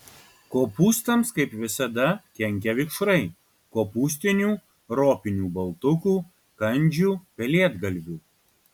kopūstams kaip visada kenkia vikšrai kopūstinių ropinių baltukų kandžių pelėdgalvių